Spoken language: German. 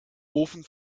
ofen